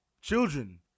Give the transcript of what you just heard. Children